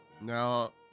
Now